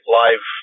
live